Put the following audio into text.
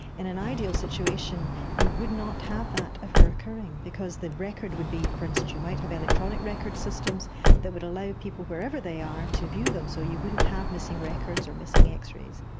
in an ideal situation you would not have that ever occurring because the record would be, for instance you might have electronic records systems that would allow people wherever they are to view them, so you wouldn't have missing records or missing x-rays.